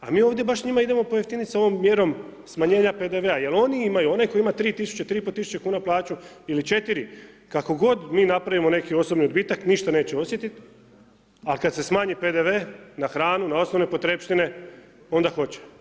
A mi ovdje baš njima idemo pojeftiniti sa ovom mjerom smanjenja PDV-a, jel' oni imaju, onaj koji ima 3000, 3500 kuna plaću ili 4000, kako god mi napravimo neki osobni odbitak, ništa neće osjetiti, al' kad se smanji PDV na hranu, na osnovne potrepštine, onda hoće.